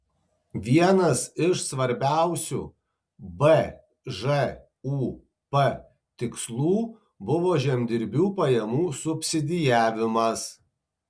vienas iš svarbiausių bžūp tikslų buvo žemdirbių pajamų subsidijavimas